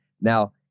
Now